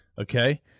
Okay